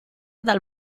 dal